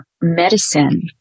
medicine